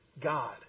God